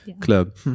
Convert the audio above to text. Club